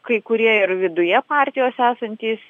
kai kurie ir viduje partijos esantys